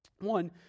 One